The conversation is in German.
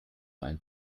ein